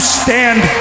stand